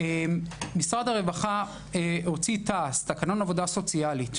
משרד הרווחה הוציא תע"ס-תקנון עבודה סוציאלי,